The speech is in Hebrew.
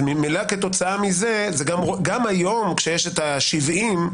גם היום כשיש את ה-70,